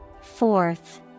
Fourth